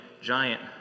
giant